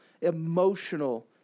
emotional